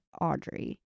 Audrey